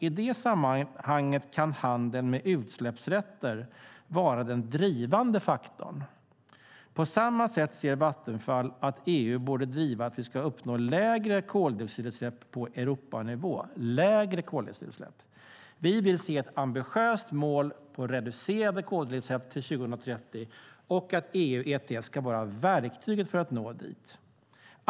I det sammanhanget kan handeln med utsläppsrätter . vara den drivande faktorn. På samma sätt ser Vattenfall att EU ETS borde driva att vi ska uppnå lägre koldioxidutsläpp på Europanivå. Vi vill se ett ambitiöst mål på reducerade koldioxidutsläpp till 2030 och att EU ETS ska vara verktyget för att nå dit .